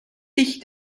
sich